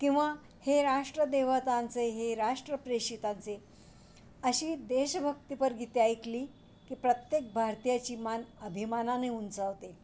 किंवा हे राष्ट्र देवतांचे हे राष्ट्र प्रेषितांचे अशी देशभक्तीपर गीते ऐकली की प्रत्येक भारतीयाची मान अभिमानाने उंचावते